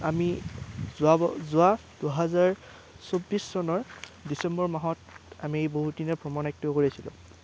আমি যোৱা যোৱা দুহেজাৰ চৌবিছ চনৰ ডিচেম্বৰ মাহত আমি বহুদিনীয়া ভ্ৰমণ হাইকটো কৰিছিলোঁ